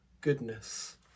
goodness